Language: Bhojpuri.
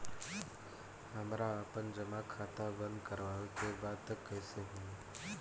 हमरा आपन जमा खाता बंद करवावे के बा त कैसे होई?